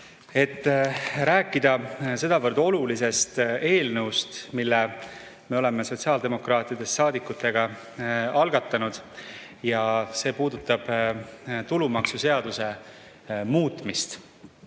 et rääkida sedavõrd olulisest eelnõust, mille me oleme sotsiaaldemokraatidest saadikutega algatanud ja mis puudutab tulumaksuseaduse muutmist. Nimelt,